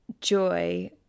joy